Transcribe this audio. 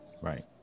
Right